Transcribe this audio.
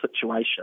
situation